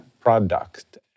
product